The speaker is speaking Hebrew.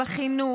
בחינוך,